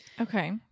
Okay